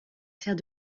faire